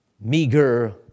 meager